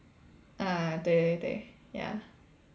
uh 对对对 ya